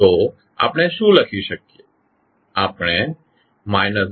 તો આપણે શું લખી શકીએ